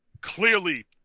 Clearly